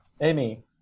Amy